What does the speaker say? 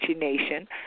Nation